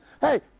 Hey